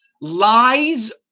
lies